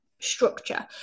structure